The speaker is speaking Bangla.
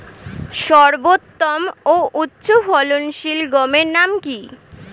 সর্বোত্তম ও উচ্চ ফলনশীল গমের নাম কি?